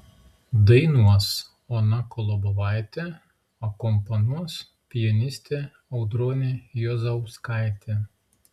dainuos ona kolobovaitė akompanuos pianistė audronė juozauskaitė